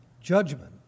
judgment